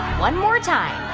one more time.